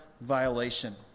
violation